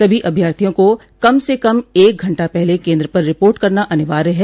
सभी अभ्यार्थियों को कम से कम एक घंटा पहले केंद्र पर रिपोर्ट करना अनिवार्य है